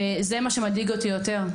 זה מה שמדאיג אותי יותר,